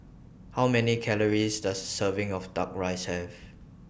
How Many Calories Does A Serving of Duck Rice Have